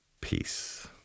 Peace